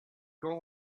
quand